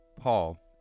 Paul